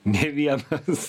ne vienas